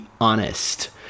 honest